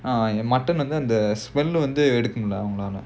ah mutton வந்து அந்த:vandhu andha the smell வந்து எடுக்கும்:vandhu edukkum